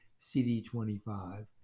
CD25